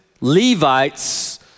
Levite's